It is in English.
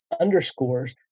underscores